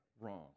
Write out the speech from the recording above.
wrong